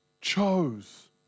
chose